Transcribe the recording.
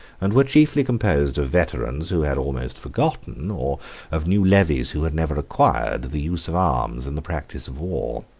and were chiefly composed of veterans who had almost forgotten, or of new levies who had never acquired, the use of arms and the practice of war.